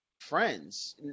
friends